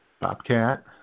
Bobcat